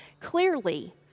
Clearly